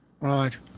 Right